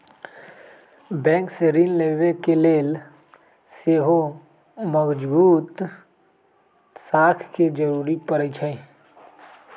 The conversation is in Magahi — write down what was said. बैंक से ऋण लेबे के लेल सेहो मजगुत साख के जरूरी परै छइ